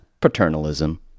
paternalism